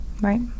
Right